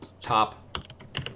top